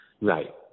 Right